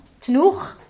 Tnuch